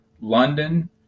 London